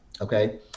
okay